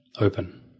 open